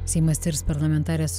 seimas tirs parlamentarės